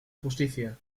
justicia